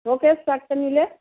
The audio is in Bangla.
শোকেস র্যাকটা নিলে